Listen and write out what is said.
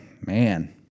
man